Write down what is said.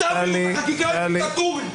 אתם לא תעבירו את החקיקה הדיקטטורית.